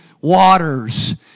waters